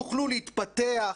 יוכלו להתפתח,